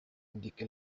indique